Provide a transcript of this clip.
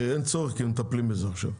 אין צורך, כי הם מטפלים בזה עכשיו.